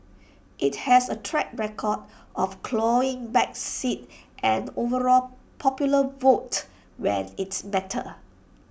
IT has A track record of clawing back seats and overall popular vote when IT mattered